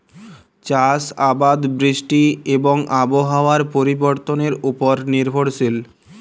চাষ আবাদ বৃষ্টি এবং আবহাওয়ার পরিবর্তনের উপর নির্ভরশীল